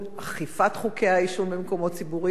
אכיפת חוקי העישון במקומות ציבוריים,